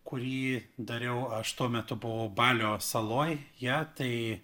kurį dariau aš tuo metu buvau balio saloje tai